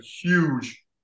huge